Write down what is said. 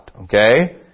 Okay